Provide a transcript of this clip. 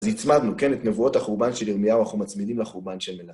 אז הצמדנו, כן, את נבואות החורבן של ירמיהו, אנחנו מצמידים לחורבן של מלאכה.